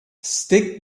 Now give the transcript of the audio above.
stick